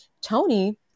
Tony